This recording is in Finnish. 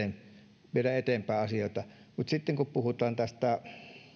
sillä tavalla viedään eteenpäin asioita sitten kun puhutaan tästä